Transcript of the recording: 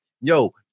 Yo